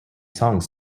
songs